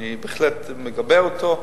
אני בהחלט מגבה אותו,